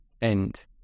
end